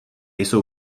jsou